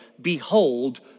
Behold